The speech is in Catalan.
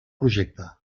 projecte